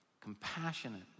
compassionate